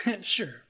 sure